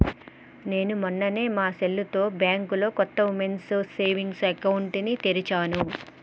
నేను మొన్ననే మా సెల్లుతో బ్యాంకులో కొత్త ఉమెన్స్ సేవింగ్స్ అకౌంట్ ని తెరిచాను